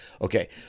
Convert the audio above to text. okay